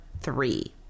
three